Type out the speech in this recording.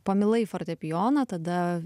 pamilai fortepijoną tada